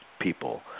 people